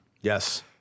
Yes